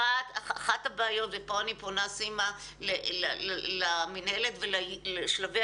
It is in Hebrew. אחת הבעיות וכאן אני פונה סימה למינהלת ולשלבי